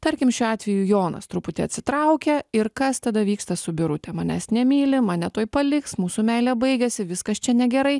tarkim šiuo atveju jonas truputį atsitraukia ir kas tada vyksta su birute manęs nemyli mane tuoj paliks mūsų meilė baigėsi viskas čia negerai